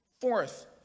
Fourth